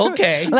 Okay